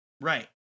Right